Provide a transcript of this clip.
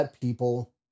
people